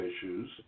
issues